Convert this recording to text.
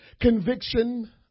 Conviction